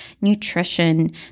nutrition